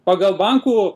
pagal bankų